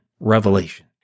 revelation